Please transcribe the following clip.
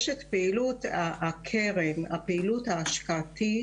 יש את פעילות הקרן, הפעילות ההשקעתית